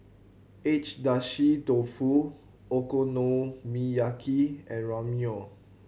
Agedashi Dofu Okonomiyaki and Ramyeon